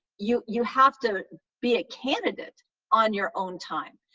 you you have to be a candidate on your own time,